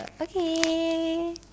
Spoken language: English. Okay